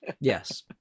yes